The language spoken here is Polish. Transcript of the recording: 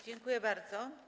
Dziękuję bardzo.